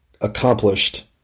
accomplished